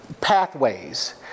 pathways